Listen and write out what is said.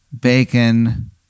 bacon